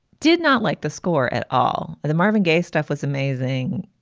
did not like the score at all. ah the marvin gaye stuff was amazing.